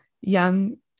young